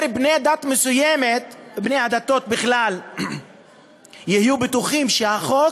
בני דת מסוימת, בני הדתות בכלל יהיו בטוחים שהחוק